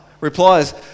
replies